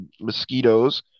mosquitoes